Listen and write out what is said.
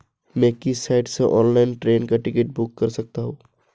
मैं किस साइट से ऑनलाइन ट्रेन का टिकट बुक कर सकता हूँ?